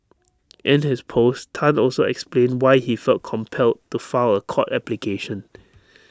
in his post Tan also explained why he felt compelled to file A court application